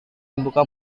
dibuka